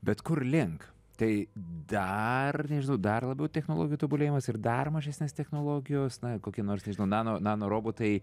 bet kur link tai dar nežinau dar labiau technologijų tobulėjimas ir dar mažesnės technologijos na kokie nors nežinau nano nano robotai